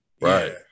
Right